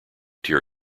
tear